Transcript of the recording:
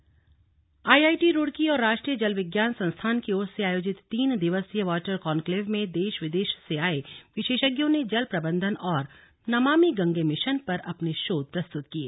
water conclave IIT Roorkee और राष्ट्रीय जल विज्ञान संस्थान की ओर से आयोजित तीन दिवसीय वॉटर कॉन्क्लेव में देश विदेश से आये विशेषज्ञो ने जल प्रबंधन और नमामि गंगे मिशन पर अपने शोध पत्र प्रस्तृत किए